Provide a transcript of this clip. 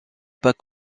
pas